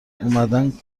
اومدن